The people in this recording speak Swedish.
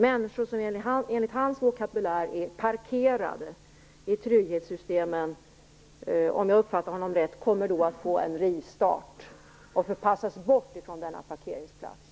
Människor som i hans vokabulär är "parkerade" i trygghetssystemen kommer då, om jag uppfattade honom rätt, att få en rivstart och förpassas bort från denna parkeringsplats.